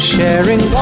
Sharing